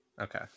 okay